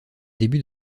début